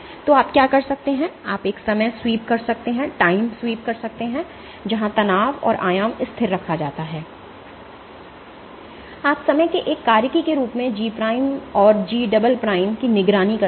तो आप क्या कर सकते हैं आप एक समय स्वीप कर सकते हैं जहां तनाव और आयाम स्थिर रखा जाता है और आप समय के एक कार्यकी के रूप में G और G" की निगरानी करते हैं